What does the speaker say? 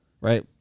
right